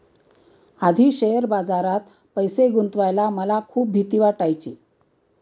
आधी शेअर बाजारात पैसे गुंतवायला मला खूप भीती वाटायची